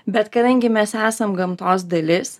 bet kadangi mes esam gamtos dalis